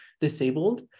disabled